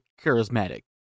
charismatic